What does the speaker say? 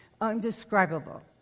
undescribable